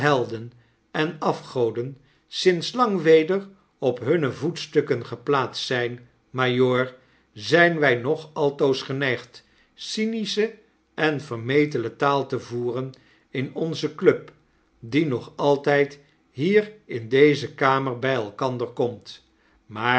en afgoden sinds lang weder op hunne voetstukken geplaatst zp majoor ztjn wy nog altoos geneigd cynische en vermetele taal te voeren in onze club die nog altijd hier in deze kamer bij elkander komt maar